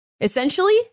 Essentially